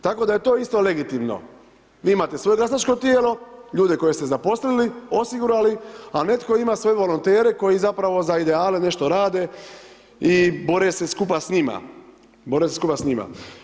Tako da je to isto legitimno, vi imate svoje glasačko tijelo, ljude koje ste zaposlili, osigurali, a netko ima svoje volontere, koji zapravo za ideale nešto rade i bore se skupa s njima, bore se skupa s njima.